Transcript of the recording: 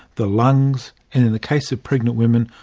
the lungs and, in the case of pregnant women,